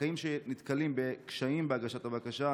זכאים שנתקלים בקשיים בהגשת הבקשה,